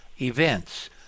events